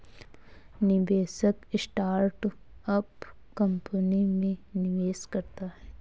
निवेशक startup company में निवेश करता है